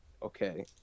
Okay